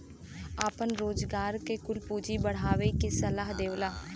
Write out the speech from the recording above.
आपन रोजगार के कुल पूँजी बढ़ावे के सलाह देवला